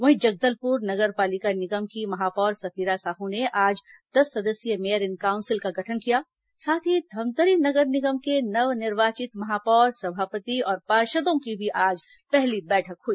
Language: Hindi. वहीं जगदलपुर नगर पालिका निगम की महापौर सफीरा साहू ने आज दस सदस्यीय मेयर इन काउंसिल का गठन कियज्ञं साथ ही धमतरी नगर निगम के नव निर्वाचित महापौर सभापति और पार्षदों की भी आज पहली बैठक हुई